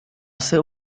seu